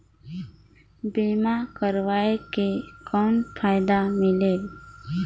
बीमा करवाय के कौन फाइदा मिलेल?